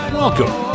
welcome